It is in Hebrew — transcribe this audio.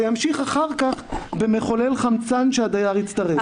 זה ימשיך אחר כך במחולל חמצן שהדייר יצטרך.